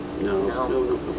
No